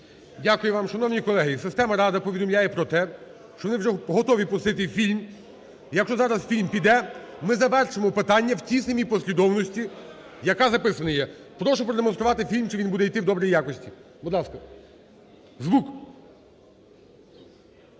Дякую вам. Шановні колеги, система "Рада" повідомляє про те, що вони вже готові пустити фільм. Якщо зараз фільм піде, ми завершимо питання в тій самій послідовності, яка записана є. Прошу продемонструвати фільм, чи він буде іти в добрій якості. Будь ласка, звук.